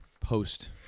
post-